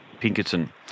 Pinkerton